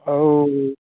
ଆଉ